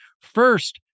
First